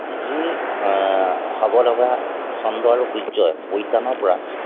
যি হ'বলগা চন্দ্ৰ আৰু সূৰ্যৰ পৰিত্ৰাণৰ পৰা